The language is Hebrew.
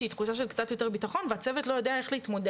שהיא תחושה של קצת יותר בטחון והצוות לא יודע איך